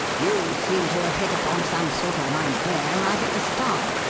you seem to have hit upon some sort of an idea right at the start.